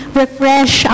refresh